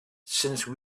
since